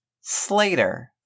Slater